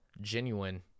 genuine